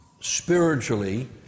spiritually